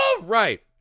right